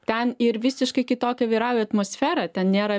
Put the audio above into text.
ten ir visiškai kitokia vyrauja atmosfera ten nėra